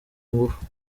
ngufu